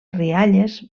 rialles